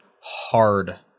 hard